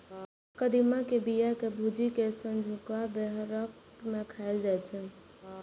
कदीमा के बिया कें भूजि कें संझुका बेरहट मे खाएल जाइ छै